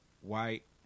white